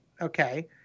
Okay